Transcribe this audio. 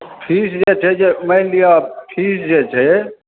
fees जे छै जे मानि लिअ फीस जे छै